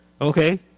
okay